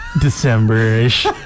december-ish